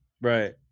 Right